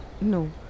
No